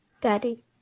Daddy